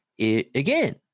again